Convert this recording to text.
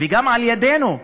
וגם על-ידינו,